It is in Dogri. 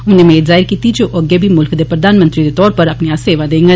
उनें मेद जाहिर कीति जे ओ अग्गै बी मुल्ख दे प्रधानमंत्री दे तौर उप्पर अपनियां सेवां देंगन